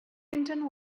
clinton